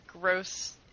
gross